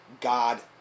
God